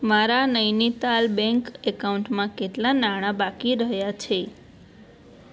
મારા નૈનીતાલ બેંક એકાઉન્ટમાં કેટલાં નાણા બાકી રહ્યાં છે